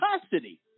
custody